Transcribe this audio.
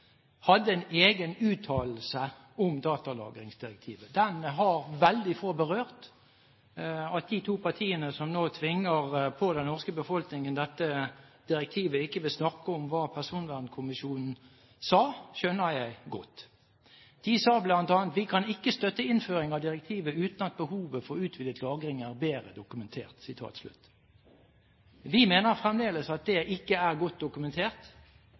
hadde en egen uttalelse om datalagringsdirektivet. Den har veldig få berørt. At de to partiene som nå påtvinger den norske befolkningen dette direktivet, ikke vil snakke om hva Personvernkommisjonen sa, skjønner jeg godt. Den sa bl.a. «Vi kan ikke støtte innføring av direktivet uten at behovet for utvidet lagring er bedre dokumentert.» Vi mener fremdeles at det ikke er godt dokumentert,